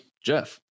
Jeff